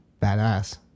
badass